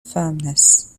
firmness